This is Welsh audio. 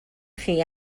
chi